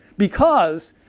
because,